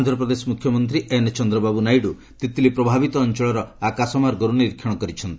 ଆନ୍ଧ୍ରପ୍ରଦେଶ ମୁଖ୍ୟମନ୍ତ୍ରୀ ଏନଚନ୍ଦ୍ରବାବୁ ନାଇଡୁ ତିତ୍ଲୀ ପ୍ରଭାବିତ ଅଞ୍ଚଳର ଆକାଶମାର୍ଗରୁ ନିରୀକ୍ଷଣ କରିଛନ୍ତି